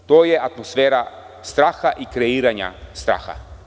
To je atmosfera straha i kreiranja straha.